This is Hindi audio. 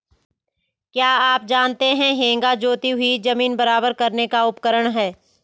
क्या आप जानते है हेंगा जोती हुई ज़मीन बराबर करने का उपकरण है?